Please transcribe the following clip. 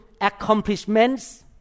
accomplishments